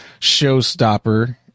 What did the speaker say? showstopper